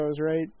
right